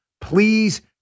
Please